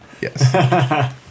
yes